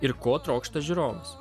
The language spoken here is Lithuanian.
ir ko trokšta žiūrovas